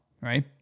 right